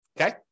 Okay